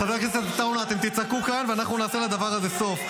חבר הכנסת סוכות, רק שנייה.